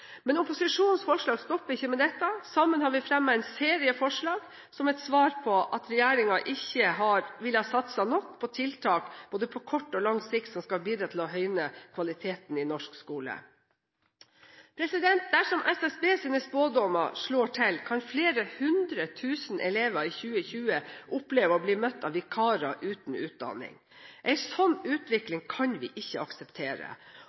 Men opposisjonens forslag stopper ikke med dette. Sammen har vi fremmet en serie forslag som et svar på at regjeringen ikke har villet satse nok på tiltak, både på kort og på lang sikt, som skal bidra til å høyne kvaliteten i norsk skole. Dersom SSBs spådommer slår til, kan flere hundre tusen elever i 2020 oppleve å bli møtt av vikarer uten utdanning. En slik utvikling kan vi ikke akseptere.